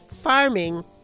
farming